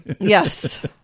Yes